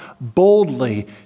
boldly